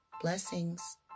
Blessings